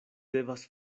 devas